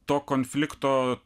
to konflikto